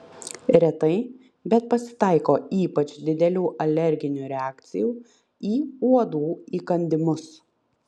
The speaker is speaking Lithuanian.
retai bet pasitaiko ypač didelių alerginių reakcijų į uodų įkandimus